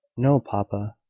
no, papa.